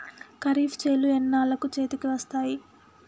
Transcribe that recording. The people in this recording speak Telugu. ఖరీఫ్ చేలు ఎన్నాళ్ళకు చేతికి వస్తాయి?